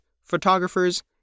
photographers